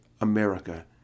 America